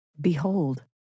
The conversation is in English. Behold